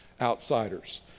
outsiders